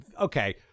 okay